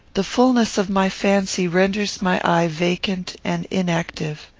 the fulness of my fancy renders my eye vacant and inactive.